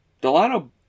Delano